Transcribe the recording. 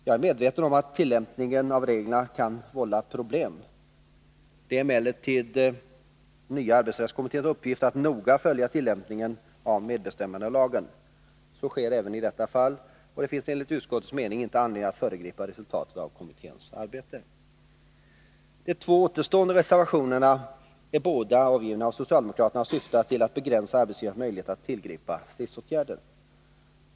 Jag är medveten om att tillämpningen av reglerna kan vålla problem. Det är emellertid nya arbetsrättskommitténs uppgift att noga följa tillämpningen av medbestämmandelagen. Så sker även i detta fall. Det finns enligt utskottets mening inte anledning att föregripa resultatet av kommitténs arbete. De två återstående reservationerna är avgivna av socialdemokraterna och syftar båda till att begränsa arbetsgivarnas möjligheter att tillgripa stridsåtgärder.